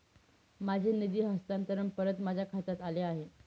माझे निधी हस्तांतरण परत माझ्या खात्यात आले आहे